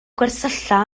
gwersylla